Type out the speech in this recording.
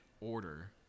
order